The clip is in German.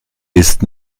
ist